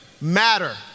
matter